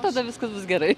tada viskas bus gerai